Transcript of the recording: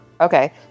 Okay